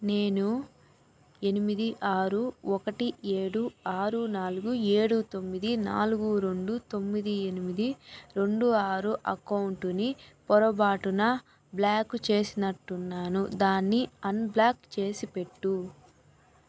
నేను ఎనిమిది ఆరు ఒకటి ఏడు ఆరు నాలుగు ఏడు తొమ్మిది నాలుగు రెండు తొమ్మిది ఎనిమిది రెండు ఆరు అకౌంటుని పొరపాటున బ్లాక్ చేసినట్టున్నాను దాన్ని అన్బ్లాక్ చేసిపెట్టు